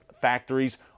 factories